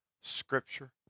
scripture